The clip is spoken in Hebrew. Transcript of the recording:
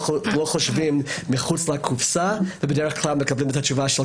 חושבים מחוץ לקופסה ובדרך כלל מקבלים את התשובה של